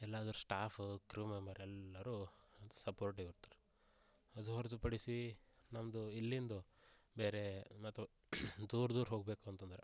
ಎಲ್ಲಾದರು staff crew member ಎಲ್ಲರು ಸಪೋರ್ಟಿಗೆ ಬರ್ತಾರೆ ಅದು ಹೊರ್ತುಪಡಿಸಿ ನಮ್ಮದು ಇಲ್ಲಿಂದು ಬೇರೆ ಮತ್ತು ದೂರ ದೂರ ಹೋಗಬೇಕು ಅಂತಂದ್ರೆ